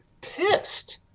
pissed